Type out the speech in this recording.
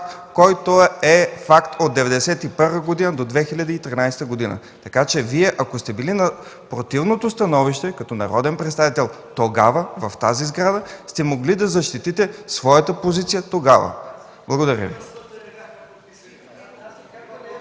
който е факт от 1991 до 2013 г. Ако Вие сте били на противното становище като народен представител в тази сграда, сте могли да защитите своята позиция тогава. Благодаря Ви.